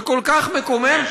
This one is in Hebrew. וכל כך מקומם,